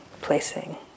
placing